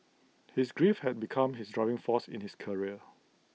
his grief had become his driving force in his career